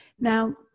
Now